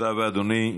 תודה רבה, אדוני.